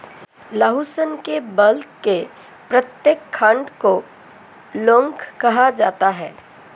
लहसुन के बल्ब के प्रत्येक खंड को लौंग कहा जाता है